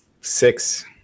six